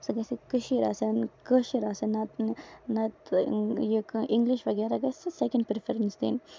سۄ گژھِ ہے کٔشیٖر آسٕنۍ سۄ گژھِ ہے کٲشِر آسٕنۍ نہ تہٕ یہِ اِنگلِش وغیرہ گژھِ سیکنڈ پریفرنس دِنۍ